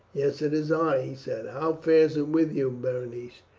yes, it is i, he said. how fares it with you, berenice?